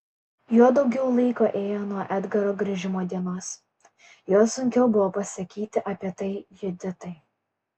juo daugiau laiko ėjo nuo edgaro grįžimo dienos juo sunkiau buvo pasakyti apie tai juditai